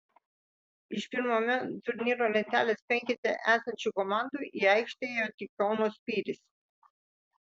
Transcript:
iš pirmame turnyro lentelės penkete esančių komandų į aikštę ėjo tik kauno spyris